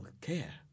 care